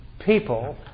people